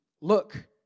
look